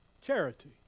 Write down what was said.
Charity